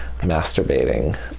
masturbating